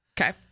Okay